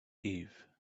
eve